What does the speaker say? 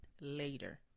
later